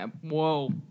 Whoa